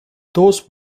those